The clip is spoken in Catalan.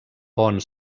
pont